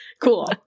cool